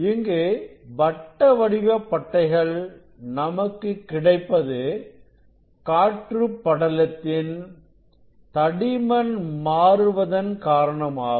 இங்கு வட்ட வடிவ பட்டைகள் நமக்கு கிடைப்பது காற்று படலத்தின் தடிமன் மாறுவதன் காரணமாகும்